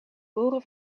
boren